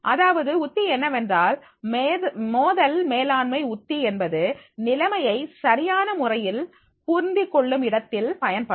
அதாவது உத்தி என்னவென்றால் மோதல் மேலாண்மை உத்தி என்பது நிலைமையை சரியான முறையில் புரிந்துகொள்ளும் இடத்தில் பயன்படும்